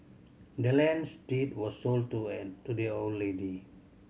the land's deed was sold to an to the old lady